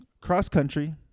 cross-country